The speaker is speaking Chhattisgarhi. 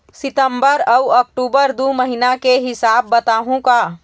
सितंबर अऊ अक्टूबर दू महीना के हिसाब बताहुं का?